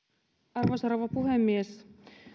arvoisa rouva puhemies